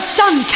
done